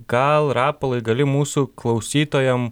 gal rapolai gali mūsų klausytojam